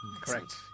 Correct